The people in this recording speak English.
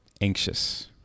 anxious